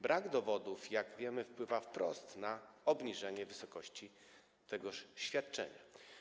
Brak dowodów, jak wiemy, wpływa wprost na obniżenie wysokości tegoż świadczenia.